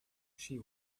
she